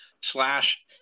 slash